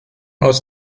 aus